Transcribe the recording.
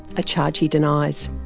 a charge he denies.